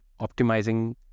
optimizing